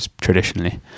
traditionally